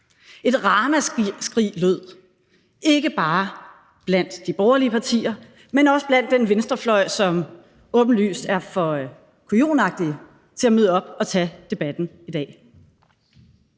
Et ramaskrig lød, ikke bare blandt de borgerlige partier, men også blandt den venstrefløj, som åbenlyst er for kujonagtige til at møde op og tage debatten i dag.